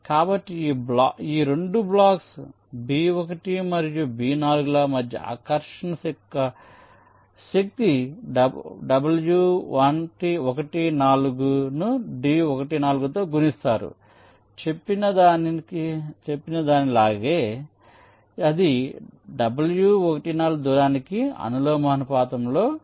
కాబట్టి ఈ రెండు బ్లాక్స్ B1 మరియు B4 ల మధ్య ఆకర్షణ యొక్క శక్తి w14 ను d14 తో గుణిస్తారు చెప్పినదానిలాగే అది w14 దూరానికి అనులోమానుపాతంలో ఉంటుంది